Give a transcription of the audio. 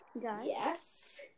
Yes